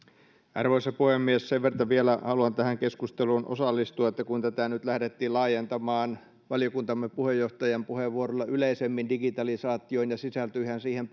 arvoisa puhemies sen verta vielä haluan tähän keskusteluun osallistua kun tätä nyt lähdettiin laajentamaan valiokuntamme puheenjohtajan puheenvuorolla yleisemmin digitalisaatioon ja sisältyihän siihen